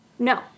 No